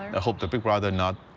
ah hope that big brother not